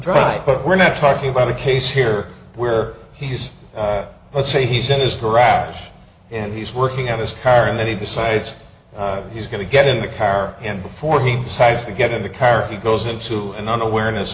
try but we're not talking about a case here where he's let's say he's in his garage and he's working at his car and then he decides he's going to get in the car and before he decides to get in the carriage goes into an unawareness